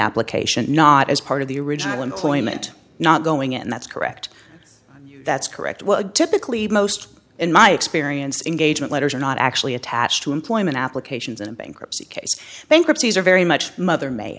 application not as part of the original employment not going in that's correct that's correct well typically most in my experience in gauge letters are not actually attached to employment applications in a bankruptcy case bankruptcies are very much mother may